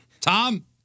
Tom